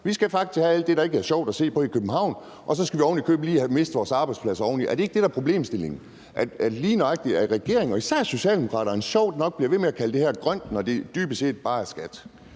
vi skal faktisk have alt det, der ikke er sjovt at se på i København, og så skal vi ovenikøbet lige miste vores arbejdspladser. Er det ikke det, der er problemstillingen, altså, at lige nøjagtig regeringen og især Socialdemokraterne sjovt nok bliver ved med at kalde det her grønt, når det dybest set bare er skat?